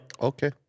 Okay